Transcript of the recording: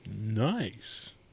Nice